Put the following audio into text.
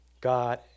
God